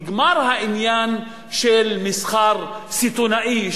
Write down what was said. נגמר העניין של מסחר סיטוני,